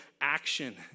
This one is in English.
action